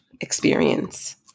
experience